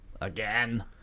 again